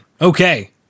Okay